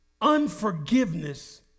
Unforgiveness